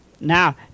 Now